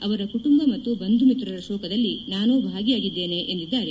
ಅವರ ಕುಟುಂಬ ಮತ್ತು ಬಂಧು ಮಿತ್ರರ ಶೋಕದಲ್ಲಿ ನಾನು ಭಾಗಿಯಾಗಿದ್ದೇನೆ ಎಂದಿದ್ದಾರೆ